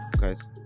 guys